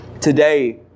today